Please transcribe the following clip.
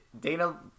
Dana